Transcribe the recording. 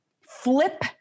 flip